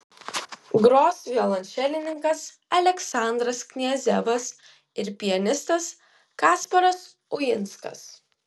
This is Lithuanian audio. gros violončelininkas aleksandras kniazevas ir pianistas kasparas uinskas